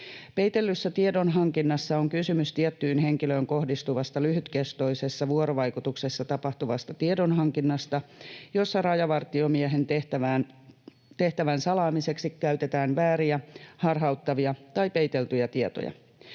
Peitellyssä tiedonhankinnassa on kysymys tiettyyn henkilöön kohdistuvasta lyhytkestoisessa vuorovaikutuksessa tapahtuvasta tiedonhankinnasta, jossa rajavartiomiehen tehtävän salaamiseksi käytetään vääriä, harhauttavia tai peiteltyjä tietoja.